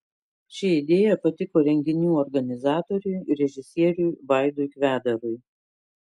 ši idėja patiko renginių organizatoriui režisieriui vaidui kvedarui